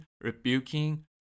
rebuking